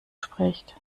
spricht